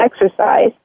exercise